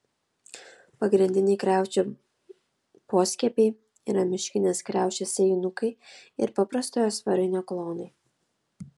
pagrindiniai kriaušių poskiepiai yra miškinės kriaušės sėjinukai ir paprastojo svarainio klonai